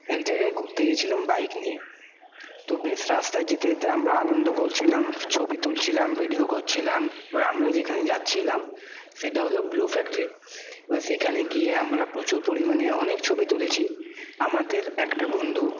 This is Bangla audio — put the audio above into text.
এক জায়গায় ঘুরতে গেছিলাম বাইক নিয়ে তো বেশ রাস্তায় যেতে যেতে আমরা আনন্দ করছিলাম ছবি তুলছিলাম ভিডিও করছিলাম এবার আমরা যেখানে যাচ্ছিলাম সেটা হলো ব্লু ফ্যাক্টরি এবার সেখানে গিয়ে আমরা প্রচুর পরিমাণে অনেক ছবি তুলেছি আমাদের একটা বন্ধু